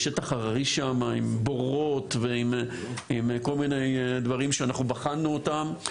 זה שטח הררי שם עם בורות ועם כל מיני דברים שאנחנו בחנו אותם.